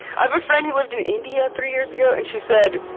i have a friend who lived in india three years ago, and she said,